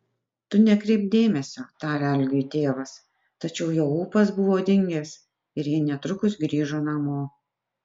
tu nekreipk dėmesio tarė algiui tėvas tačiau jo ūpas buvo dingęs ir jie netrukus grįžo namo